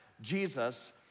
Jesus